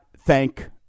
thank